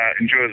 enjoy